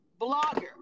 blogger